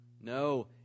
No